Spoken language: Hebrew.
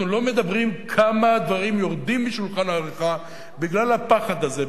אנחנו לא מדברים על כמה דברים יורדים משולחן העריכה בגלל הפחד הזה,